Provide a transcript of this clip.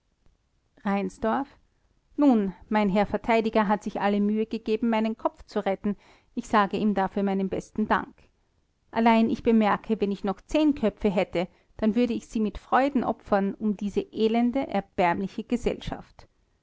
nun mein herr verteidiger hat sich alle mühe gegeben meinen kopf zu retten ich sage ihm dafür meinen besten dank allein ich bemerke wenn ich noch zehn köpfe hätte dann würde ich sie mit freuden opfern um diese elende erbärmliche gesellschaft